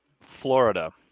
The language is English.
Florida